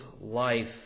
life